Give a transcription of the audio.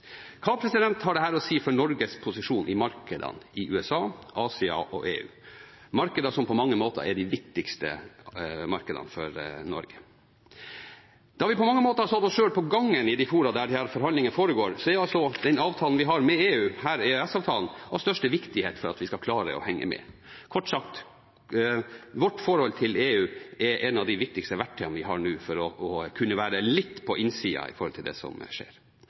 Hva har dette å si for Norges posisjon i markedene i USA, Asia og EU, markeder som på mange måter er de viktigste markedene for Norge? Da vi på mange måter har satt oss selv på gangen i de fora der disse forhandlingene foregår, er den avtalen vi har med EU, her EØS-avtalen, av største viktighet for at vi skal klare å henge med. Kort sagt: Vårt forhold til EU er et av de viktigste verktøyene vi har for å kunne være litt på innsida av det som skjer.